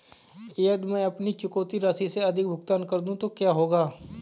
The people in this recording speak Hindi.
यदि मैं अपनी चुकौती राशि से अधिक भुगतान कर दूं तो क्या होगा?